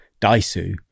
Daisu